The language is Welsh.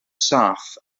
saff